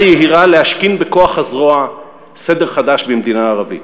יהירה להשכין בכוח הזרוע סדר חדש במדינה ערבית.